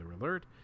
alert